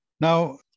Now